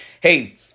Hey